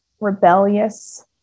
rebellious